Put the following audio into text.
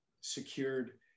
secured